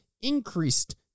Increased